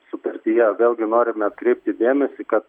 sutartyje vėlgi norime atkreipti dėmesį kad